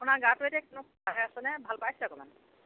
আপোনাৰ গাটো এতিয়া ভালে আছে নে ভাল পাইছে